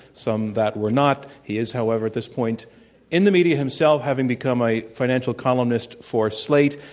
some that were not. he is, however, at this point in the media himself, having become a financial columnist for slate.